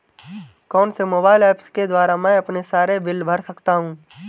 कौनसे mobile apps के द्वारा मैं अपने सारे बिल भर सकता हूं?